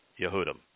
Yehudim